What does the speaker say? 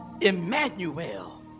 Emmanuel